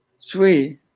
Sweet